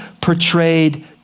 portrayed